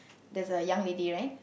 there's a young lady right